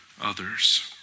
others